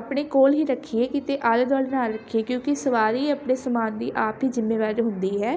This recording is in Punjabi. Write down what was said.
ਆਪਣੇ ਕੋਲ ਹੀ ਰੱਖੀਏ ਕਿਤੇ ਆਲੇ ਦੁਆਲੇ ਨਾ ਰੱਖੀਏ ਕਿਉਂਕਿ ਸਵਾਰੀ ਆਪਣੇ ਸਮਾਨ ਦੀ ਆਪ ਹੀ ਜ਼ਿੰਮੇਵਾਰ ਹੁੰਦੀ ਹੈ